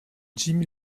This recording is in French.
jim